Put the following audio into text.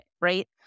Right